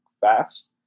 fast